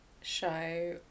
show